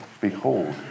behold